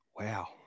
Wow